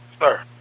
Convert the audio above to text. sir